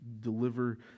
deliver